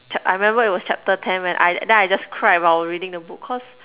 Chapt~ I remember it was chapter ten when I then I just cried while reading the book cause